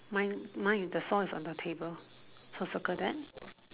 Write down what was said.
mine mine is the saw is on the table so circle that